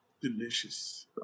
Delicious